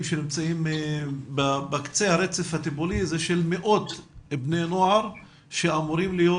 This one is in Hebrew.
שנמצאים בקצה הרצף הטיפולי הוא שמאות בני נוער שאמורים להיות